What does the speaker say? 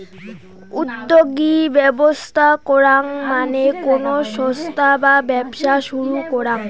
উদ্যোগী ব্যবস্থা করাঙ মানে কোনো সংস্থা বা ব্যবসা শুরু করাঙ